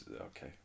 okay